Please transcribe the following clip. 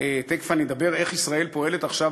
תכף אני אומר איך ישראל פועלת עכשיו